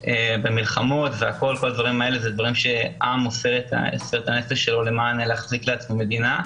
דברים שעם עושה על מנת לקיים את מדינתו.